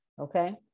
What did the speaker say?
okay